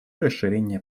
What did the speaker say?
расширение